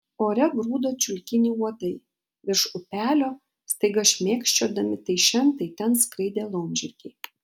ore grūdo čiulkinį uodai virš upelio staiga šmėkščiodami tai šen tai ten skraidė laumžirgiai